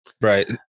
right